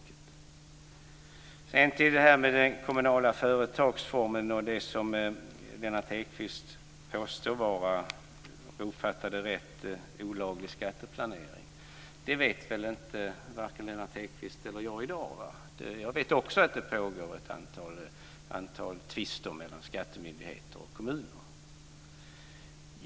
Låt mig sedan gå över till detta med den kommunala företagsformen och det som Lennart Hedquist påstår vara olaglig skatteplanering, om jag har uppfattat det rätt. Varken Lennart Hedquist eller jag vet det i dag. Jag vet också att det pågår ett antal tvister mellan skattemyndigheter och kommuner.